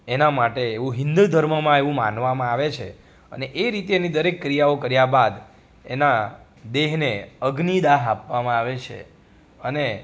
એના માટે એવું હિન્દુ ધર્મમાં એવું માનવામાં આવે છે અને એ રીતેની દરેક ક્રિયાઓ કર્યાં બાદ એના દેહને અગ્નિદાહ આપવામાં આવે છે અને